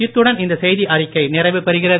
இத்துடன் இந்த செய்தியறிக்கை நிறைவுபெறுகிறது